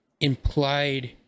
implied